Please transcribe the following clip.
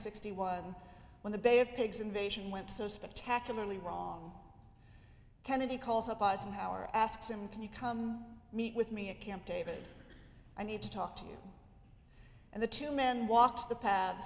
sixty one when the bay of pigs invasion went so spectacularly wrong kennedy calls up eisenhower asks him can you come meet with me at camp david i need to talk to you and the two men walked the pa